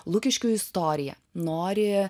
lukiškių istoriją nori